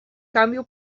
cambio